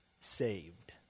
saved